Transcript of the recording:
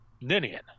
Ninian